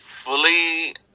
Fully